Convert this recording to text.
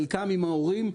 חלקם עם ההורים,